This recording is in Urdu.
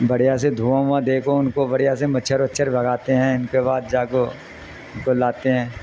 بڑھیا سے دھوں ہوااں دےھو ان کو بڑھیا سے مچھر وچھر بگاتے ہیں ان کے بعد جاگو ان کو لاتے ہیں